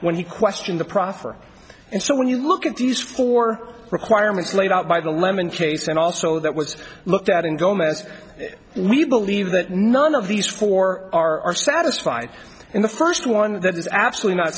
when he questioned the proffer and so when you look at these four requirements laid out by the lemon case and also that was looked at in gomez we believe that none of these four are satisfied in the first one that is absolutely not